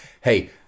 hey